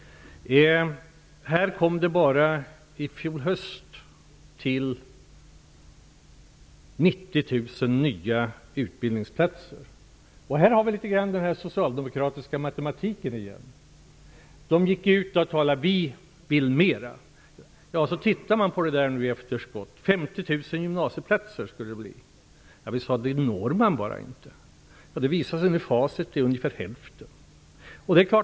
Det kom till bara i fjol höst 90 000 nya utbildningsplatser. Här har vi litet med den socialdemokratiska matematiken att göra. Socialdemokraterna gick ut och sade att de ville ha fler. 50 000 gymnasieplatser skulle det bli. Vi sade: Det når man inte. Det visar sig i facit att det blev ungefär hälften.